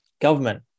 government